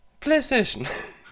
PlayStation